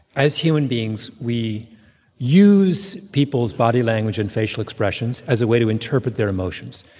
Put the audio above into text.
as human beings, we use people's body language and facial expressions as a way to interpret their emotions.